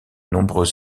nombreux